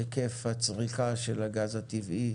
היקף הצריכה של גז הטבעי